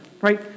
Right